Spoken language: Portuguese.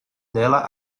dela